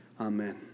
Amen